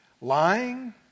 lying